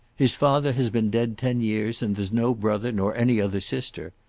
his father has been dead ten years, and there's no brother, nor any other sister.